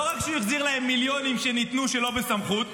לא רק שהוא החזיר להם מיליונים שניתנו שלא בסמכות,